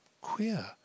queer